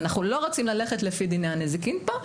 ואנחנו לא רוצים ללכת לפי דיני הנזיקין פה,